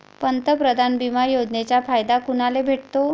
पंतप्रधान बिमा योजनेचा फायदा कुनाले भेटतो?